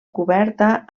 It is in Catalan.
coberta